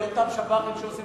של אותם שב"חים שעושים